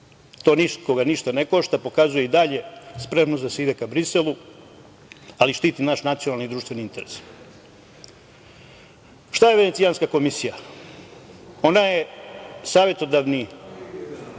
To nikoga ništa ne košta pokazuje i dalje spremnost da se ide ka Briselu, ali štiti naš nacionalni i društveni interes. Šta je Venecijanska komisija? Ona je savetodavni